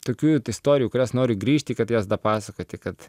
tokių istorijų kurias noriu grįžti kad jas dapasakoti kad